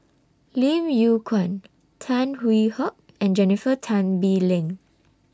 Lim Yew Kuan Tan Hwee Hock and Jennifer Tan Bee Leng